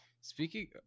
Speaking